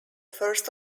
first